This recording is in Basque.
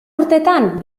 urtetan